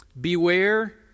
Beware